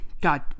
God